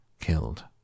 killed